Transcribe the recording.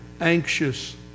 anxious